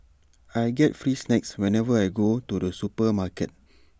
I get free snacks whenever I go to the supermarket